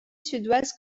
suédoise